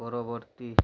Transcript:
ପରବର୍ତ୍ତୀ